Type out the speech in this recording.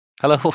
Hello